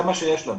זה מה שיש לנו.